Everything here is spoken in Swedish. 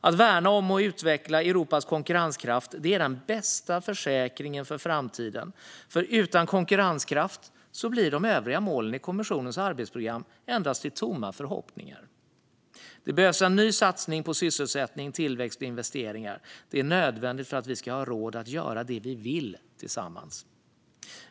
Att värna om och utveckla Europas konkurrenskraft är den bästa försäkringen för framtiden, för utan konkurrenskraft blir de övriga målen i kommissionens arbetsprogram bara tomma förhoppningar. Det behövs en ny satsning på sysselsättning, tillväxt och investeringar. Det är nödvändigt för att vi ska ha råd att göra det vi vill tillsammans.